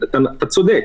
אתה צודק.